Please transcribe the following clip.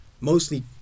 mostly